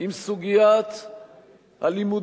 עם סוגיית הלימודים,